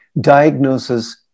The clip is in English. diagnosis